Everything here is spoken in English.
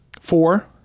Four